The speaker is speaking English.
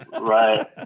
right